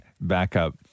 backup